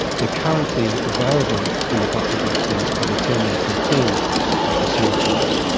the currently available pneumococcal vaccines covered ten or thirteen of the serotypes,